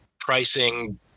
pricing